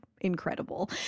incredible